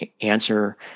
answer